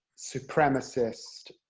supremacist,